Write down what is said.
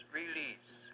release